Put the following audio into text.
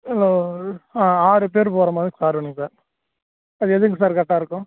இல்லை ஆ ஆறு பேர் போகற மாதிரி சார் வேணுங்க சார் அது எதுங்க சார் கரெக்டாக இருக்கும்